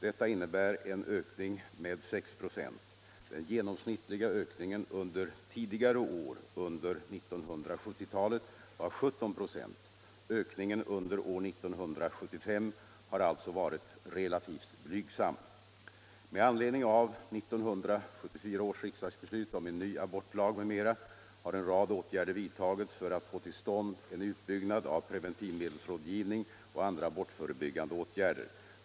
Detta innebär en ökning med 6 96. Den genomsnittliga ökningen under tidigare år under 1970-talet var 17 96. Ökningen under år 1975 har alltså varit relativt blygsam. Med anledning av 1974 års riksdagsbeslut om en ny abortlag m.m. har en rad åtgärder vidtagits för att få till stånd en utbyggnad av preventivmedelsrådgivning och andra abortförebyggande åt gärder.